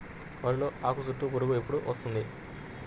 వరిలో ఆకుచుట్టు పురుగు ఎప్పుడు వస్తుంది?